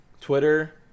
Twitter